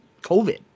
COVID